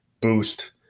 boost